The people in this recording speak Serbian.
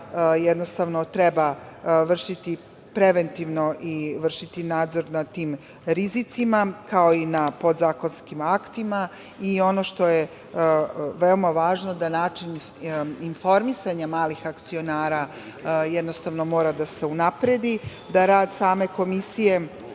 je da treba vršiti preventivno i vršiti nadzor nad tim rizicima, kao i na podzakonskim aktima i veoma je važno da način informisanja malih akcionara mora da se unapredi, da rad same Komisije